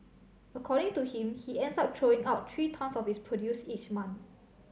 according to him he ends up throwing out three tonnes of his produce each month